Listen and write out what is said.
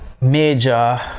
major